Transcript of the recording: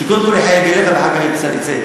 שקודם כול יחייג אליך ואחר כך ילחץ שאני נכנס.